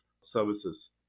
services